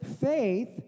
faith